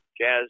Jazz